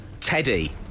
Teddy